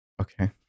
Okay